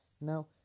Now